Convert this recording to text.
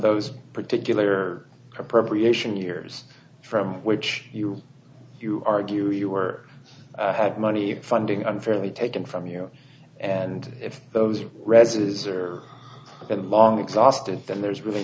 those particular appropriation years from which you you argue you were had money funding unfairly taken from you and if those residences are open long exhausted then there's really